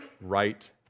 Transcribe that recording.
right